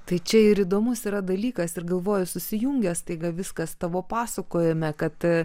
tai čia ir įdomus yra dalykas ir galvoju susijungia staiga viskas tavo pasakojome kad